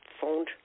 phoned